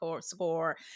score